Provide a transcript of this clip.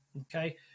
okay